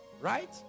Right